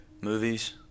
movies